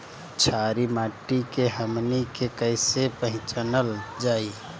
छारी माटी के हमनी के कैसे पहिचनल जाइ?